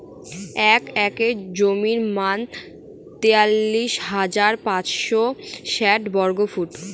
এক একর জমির পরিমাণ তেতাল্লিশ হাজার পাঁচশ ষাট বর্গফুট